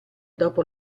dopo